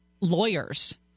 lawyers